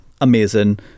amazing